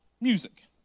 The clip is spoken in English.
Music